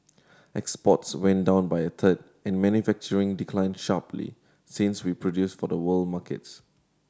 exports went down by a third and manufacturing declined sharply since we produced for the world markets